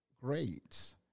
grades